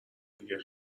دیگه